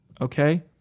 Okay